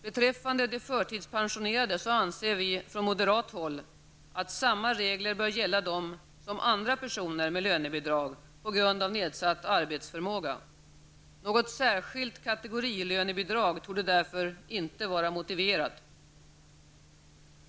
Beträffande de förtidspensionerade, anser vi från moderat håll att samma regler bör gälla för dem som för andra personer som får lönebidrag på grund av nedsatt arbetsförmåga. Något särskilt kategorilönebidrag torde därför inte vara motiverat.